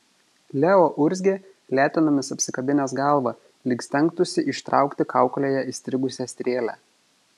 leo urzgė letenomis apsikabinęs galvą lyg stengtųsi ištraukti kaukolėje įstrigusią strėlę